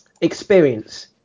experience